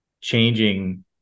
changing